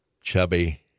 chubby